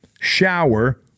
shower